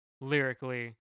lyrically